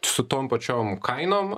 su tom pačiom kainom